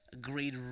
great